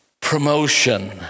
promotion